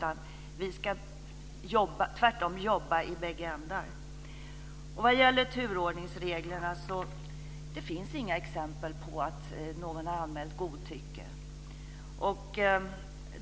Vi ska tvärtom jobba i bägge ändar. Vad gäller turordningsreglerna finns det inga exempel på att någon har anmält godtycke.